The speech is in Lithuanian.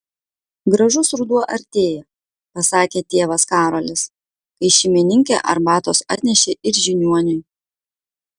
gražus ruduo artėja pasakė tėvas karolis kai šeimininkė arbatos atnešė ir žiniuoniui